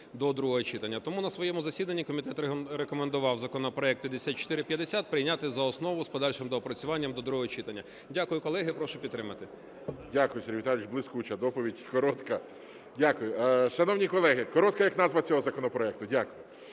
до другого читання. Тому на своєму засіданні комітет рекомендував законопроект 5450 прийняти за основу з подальшим доопрацюванням до другого читання. Дякую, колеги, і прошу підтримати. ГОЛОВУЮЧИЙ. Дякую, Сергій Віталійович, блискуча доповідь, коротка. Дякую. Шановні колеги… Коротка, як назва цього законопроекту, дякую.